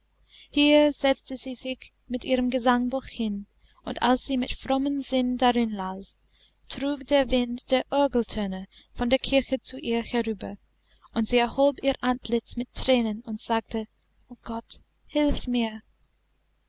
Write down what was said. hier setzte sie sich mit ihrem gesangbuch hin und als sie mit frommem sinn darin las trug der wind die orgeltöne von der kirche zu ihr herüber und sie erhob ihr antlitz mit thränen und sagte o gott hilf mir